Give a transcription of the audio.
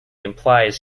implies